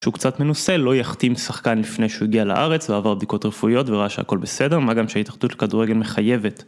שהוא קצת מנוסה, לא יחתים שחקן לפני שהוא הגיע לארץ, ועבר בדיקות רפואיות, וראה שהכל בסדר, מה גם שההתאחדות לכדורגל מחייבת...